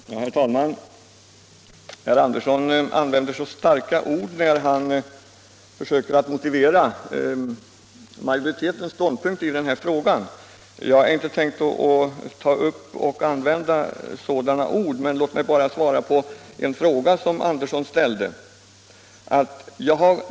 Herr talman! Herr Andersson i Lycksele använde så starka ord när han försökte motivera utskottsmajoritetens ståndpunkt i denna fråga. Jag skall inte använda sådana ord. Låt mig bara svara på en fråga som herr Andersson ställde.